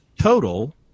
total